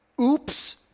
oops